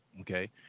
okay